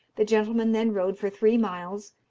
the gentlemen then rode for three miles,